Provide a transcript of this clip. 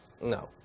No